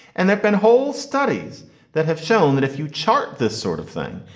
and they've been whole studies that have shown that if you chart this sort of thing,